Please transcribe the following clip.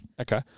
Okay